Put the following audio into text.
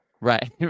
Right